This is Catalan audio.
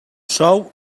sou